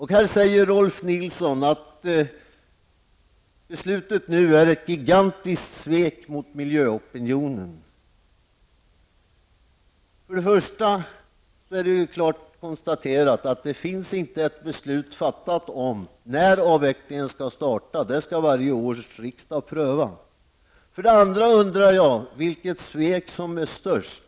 Här säger Rolf L Nilson att beslutet nu är ett gigantiskt svek mot miljöopinionen. För det första är det klart konstaterat att det inte finns ett beslut fattat om när avvecklingen skall startas. Det skall prövas varje år av riksdagen. För det andra undrar jag vilket svek som är störst.